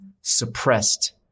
suppressed